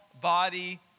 body